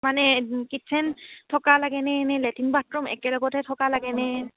মানে কিটচেন থকা লাগেনে এনে লেট্ৰিন বাথৰুম একেলগতে থকা লাগেনে